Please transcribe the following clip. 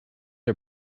are